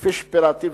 כפי שפירטתי,